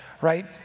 right